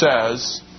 says